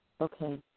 Okay